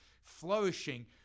flourishing